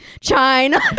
China